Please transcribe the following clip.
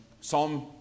Psalm